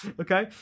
okay